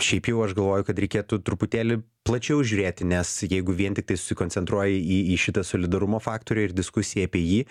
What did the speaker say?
šiaip jau aš galvoju kad reikėtų truputėlį plačiau žiūrėti nes jeigu vien tiktai susikoncentruoji į į šitą solidarumo faktorių ir diskusiją apie jį